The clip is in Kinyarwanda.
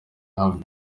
harvey